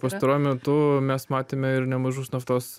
pastaruoju metu mes matėme ir nemažus naftos